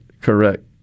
correct